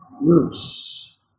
roots